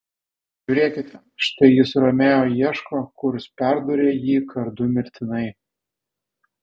žiūrėkite štai jis romeo ieško kurs perdūrė jį kardu mirtinai